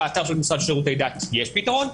באתר של המשרד לשירותי דת יש פתרון,